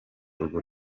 urwo